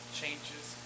changes